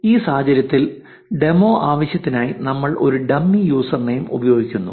ഈ സാഹചര്യത്തിൽ ഡെമോ ആവശ്യത്തിനായി ഞാൻ ഒരു ഡമ്മി യൂസർ നെയിം ഉപയോഗിക്കുന്നു